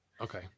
Okay